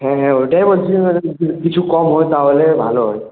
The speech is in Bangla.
হ্যাঁ হ্যাঁ ওটাই বলছি কিছু কম হয় তাহলে ভালো হয়